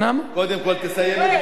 קודם כול, תסיים את דבריך.